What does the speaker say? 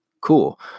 cool